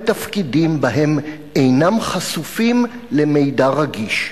בתפקידים בהם אינם חשופים למידע רגיש".